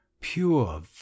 pure